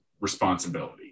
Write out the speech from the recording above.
responsibility